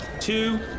two